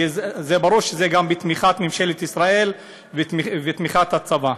וברור שזה גם בתמיכת ממשלת ישראל ובתמיכת הצבא.